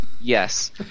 Yes